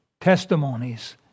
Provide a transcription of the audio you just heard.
testimonies